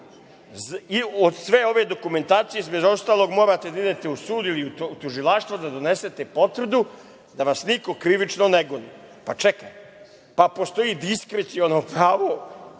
Od sve ove dokumentacije između ostalog morate da idete u sud ili u tužilaštvo da donesete potvrdu da vas niko krivični ne goni. Čekajte, postoji diskreciono pravo